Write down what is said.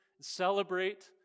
celebrate